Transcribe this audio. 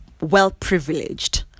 well-privileged